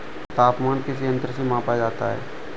तापमान किस यंत्र से मापा जाता है?